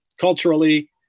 Culturally